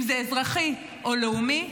אם זה אזרחי או לאומי,